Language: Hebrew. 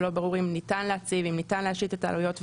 שלא ברור האם ניתן להציב והאם ניתן להשית את העלויות,